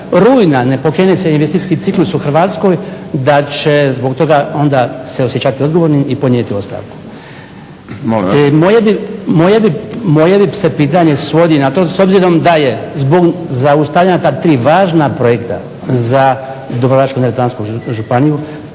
rujna ne pokrene se investicijski ciklus u Hrvatskoj da će zbog toga onda se osjećati odgovornim i podnijeti ostavku. **Šprem, Boris (SDP)** Molim vas. **Bačić, Branko (HDZ)** Moje se pitanje svodi na to s obzirom da je zbog zaustavljanja ta tri važna projekta za Dubrovačko-neretvansku županiju,